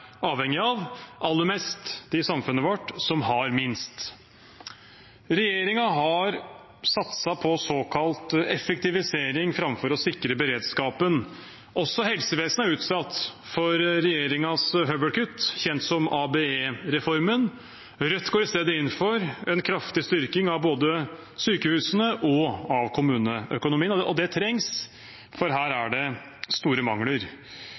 avhengig av, aller mest dem i samfunnet vårt som har minst. Regjeringen har satset på såkalt effektivisering framfor å sikre beredskapen. Også helsevesenet er utsatt for regjeringens høvelkutt, kjent som ABE-reformen. Rødt går i stedet inn for en kraftig styrking av både sykehusene og kommuneøkonomien. Det trengs, for her er det store mangler.